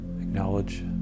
acknowledge